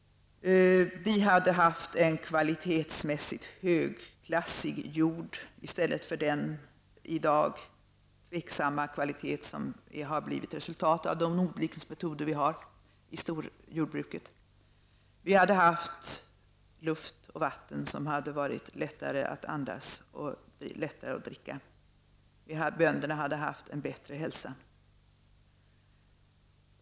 Vidare hade vi haft en högklassig jord i stället för dagens jord av tvivelaktig kvalitet, som är ett resultat av de odlingsmetoder som vi använder. Vi hade haft bättre luft och vatten. Bönderna hade haft en bättre hälsa.